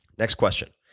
next question,